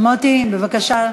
חבר הכנסת מוטי, בבקשה,